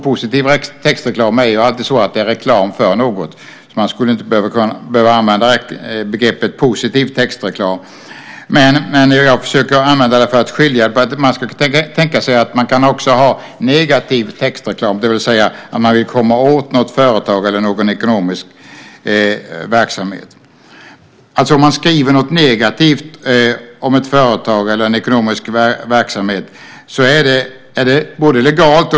Positiv textreklam är ju alltid reklam för något så man skulle inte behöva använda begreppet "positiv textreklam", men jag försöker använda det för att göra åtskillnad. Man kan ju också tänka sig att ha negativ textreklam - det vill säga att man vill komma åt något företag eller någon ekonomisk verksamhet. Om man skriver någonting negativt om ett företag eller en ekonomisk verksamhet är det alltså legalt.